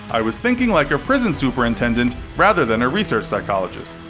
i was thinking like a prison superintendent rather than a research psychologist.